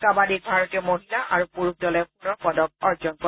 কাবাদীত ভাৰতীয় মহিলা আৰু পুৰুষ দলে সোণৰ পদক অৰ্জন কৰে